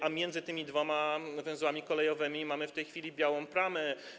A między tymi dwoma węzłami kolejowymi mamy w tej chwili białą plamę.